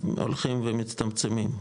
הולכים ומצטמצמים.